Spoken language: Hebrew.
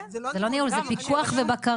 זה לא ניהול, זה פיקוח ובקרה.